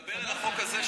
אתה מדבר על החוק הזה?